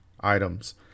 items